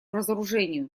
разоружению